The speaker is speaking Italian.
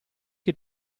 che